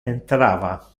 entrava